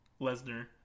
Lesnar